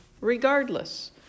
regardless